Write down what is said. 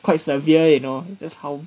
quite severe you know just how